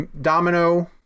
Domino